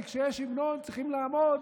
כי כשיש המנון צריכים לעמוד,